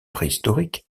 préhistorique